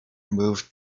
moved